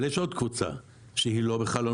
אבל יש עוד קבוצה שהיא לא בחלונות